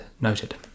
noted